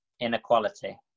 inequality